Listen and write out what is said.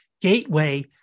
gateway